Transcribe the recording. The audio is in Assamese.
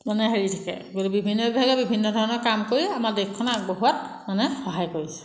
মানে হেৰি থাকে বিভিন্ন বিভাগে বিভিন্ন ধৰণৰ কাম কৰি আমাৰ দেশখনক আগবঢ়োৱাত মানে সহায় কৰিছে